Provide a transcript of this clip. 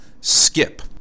Skip